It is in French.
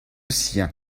sien